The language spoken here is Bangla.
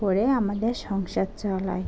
করে আমাদের সংসার চালাই